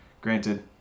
Granted